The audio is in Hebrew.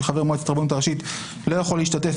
שחבר מועצת הרבנות הראשית לא יכול להשתתף